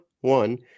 One